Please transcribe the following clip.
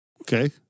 Okay